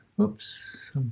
Oops